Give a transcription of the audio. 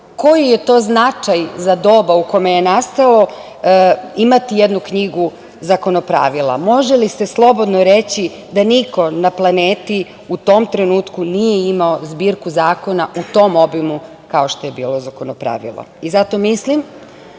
koji je to značaj za doba u kome je nastalo, imati jednu knjigu Zakonopravila. Može li se slobodno reći da niko na planeti u tom trenutku nije imao zbirku zakona u tom obimu kao što je bilo Zakonopravilo. Zato mislim